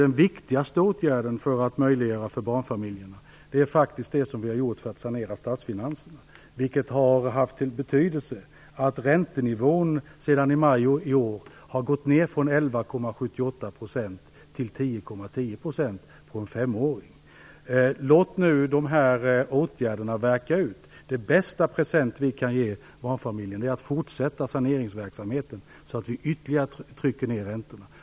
Den viktigaste åtgärden för att underlätta situationen för barnfamiljerna är faktiskt vad vi har gjort för att sanera statsfinanserna, vilket har haft till följd att räntenivån sedan i maj i år har gått ner från 11,78 % till 10,10 % på ett femårigt lån. Låt nu de här åtgärderna värka ut. Den bästa present vi kan ge barnfamiljerna är att fortsätta saneringsverksamheten, så att vi ytterligare trycker ner räntorna.